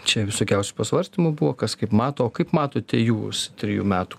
čia visokiausių pasvarstymų buvo kas kaip mato o kaip matote jūs trijų metų